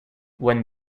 when